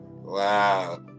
Wow